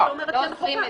אני רק אומרת שאין חובה.